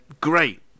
great